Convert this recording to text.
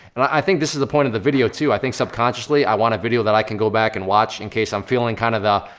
and i think this is the point of the video, too, i think, subconsciously, i want a video that i can go back and watch, in case i'm feeling kind of the,